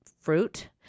fruit